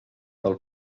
del